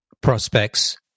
prospects